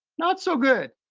not so good.